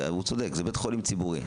והוא צודק, זה בית חולים ציבורי.